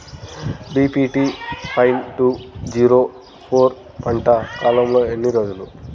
BPT five two zero four పంట కాలంలో ఎన్ని రోజులు?